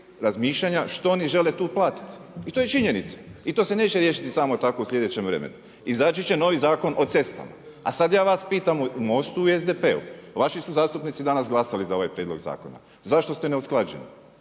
razmišljanja što oni žele tu platiti. I to je činjenica i to se neće riješiti samo tako u sljedećem vremenu. Izaći će novi Zakon o cestama. A sad ja vas pitam u MOST-u i SDP-u vaši su zastupnici danas glasali za ovaj prijedlog zakona. Zašto ste neusklađeni?